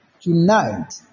tonight